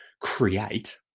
create